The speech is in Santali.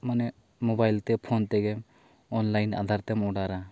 ᱢᱟᱱᱮ ᱢᱳᱵᱟᱭᱤᱞᱛᱮ ᱯᱷᱳᱱ ᱛᱮᱜᱮ ᱚᱱᱞᱟᱭᱤᱱ ᱟᱫᱷᱟᱨᱛᱮᱢ ᱚᱰᱟᱨᱟ